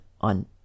on